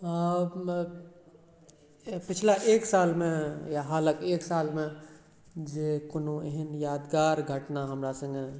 पिछला एक सालमे या हालक एक साल मे जे कोनो एहन यादगार घटना हमरा संगे